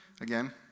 again